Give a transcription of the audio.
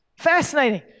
fascinating